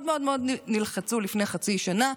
אבל הם מאוד מאוד מאוד נלחצו לפני חצי שנה.